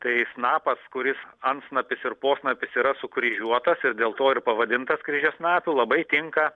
tai snapas kuris antsnapis ir posnapis yra sukryžiuotas ir dėl to ir pavadintas kryžiasnapiu labai tinka